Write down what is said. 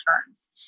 returns